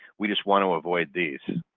we just want to avoid these.